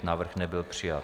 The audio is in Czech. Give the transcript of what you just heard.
Návrh nebyl přijat.